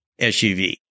SUV